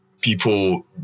People